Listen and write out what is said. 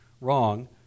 wrong